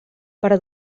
per